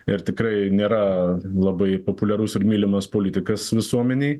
ir tikrai nėra labai populiarus ir mylimas politikas visuomenėj